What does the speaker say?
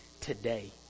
today